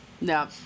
no